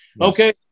Okay